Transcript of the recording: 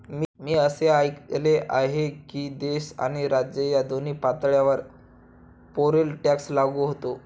मी असे ऐकले आहे की देश आणि राज्य या दोन्ही पातळ्यांवर पेरोल टॅक्स लागू होतो